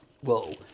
Whoa